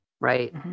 right